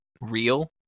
real